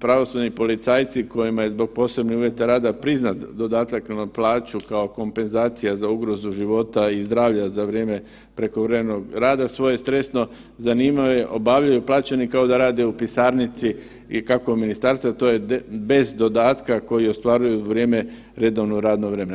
pravosudni policajci kojima je zbog posebnih uvjeta rada priznat dodatak na plaću kao kompenzacija za ugrozu života i zdravlja za vrijeme prekovremenog rada svoje stresno zanimanje obavljaju plaćeni kao da rade u pisarnici i kako ministarstva, to je bez dodatka koji ostvaruju u vrijeme redovnog radnog vremena.